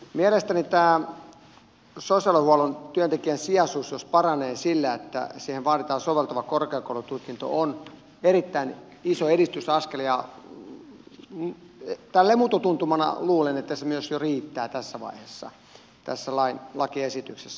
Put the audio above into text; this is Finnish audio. mielestäni jos tämä sosiaalihuollon työntekijän sijaisuus paranee sillä että siihen vaaditaan soveltuva korkeakoulututkinto niin se on erittäin iso edistysaskel ja tälleen mututuntumana luulen että se myös jo riittää tässä vaiheessa tässä lakiesityksessä